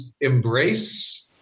embrace